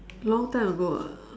long time ago ah